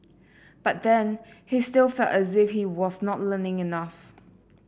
but then he still felt as if he was not learning enough